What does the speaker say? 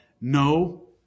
No